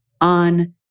on